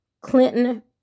Clinton